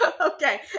okay